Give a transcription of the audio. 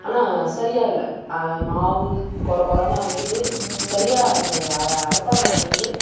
ஆனால் சரியாக இல்லை மாவு கொரகொரன்னு அரைக்குது சரியாக அது அரை அரைப்பட மாட்டேன்து